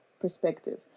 perspective